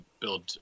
build